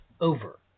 over